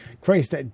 Christ